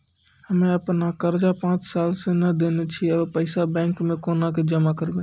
हम्मे आपन कर्जा पांच साल से न देने छी अब पैसा बैंक मे कोना के जमा करबै?